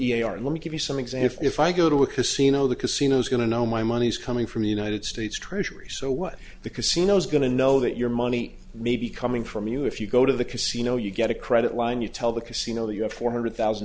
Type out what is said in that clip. r let me give you some exam if i go to a casino the casinos going to know my money is coming from the united states treasury so what the casino is going to know that your money may be coming from you if you go to the casino you get a credit line you tell the casino that you have four hundred thousand